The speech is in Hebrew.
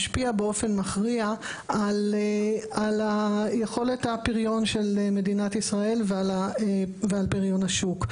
משפיע באופן מכריע על היכולת הפריון של מדינת ישראל ועל פריון השוק.